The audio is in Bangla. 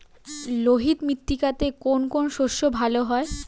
লোহিত মৃত্তিকাতে কোন কোন শস্য ভালো হয়?